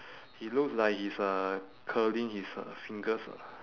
he looks like he's uh curling his uh fingers lah